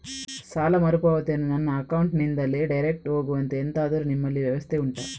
ಸಾಲ ಮರುಪಾವತಿಯನ್ನು ನಮ್ಮ ಅಕೌಂಟ್ ನಿಂದಲೇ ಡೈರೆಕ್ಟ್ ಹೋಗುವಂತೆ ಎಂತಾದರು ನಿಮ್ಮಲ್ಲಿ ವ್ಯವಸ್ಥೆ ಉಂಟಾ